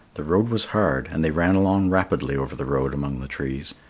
the road was hard, and they ran along rapidly over the road among the trees,